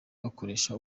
bakoresha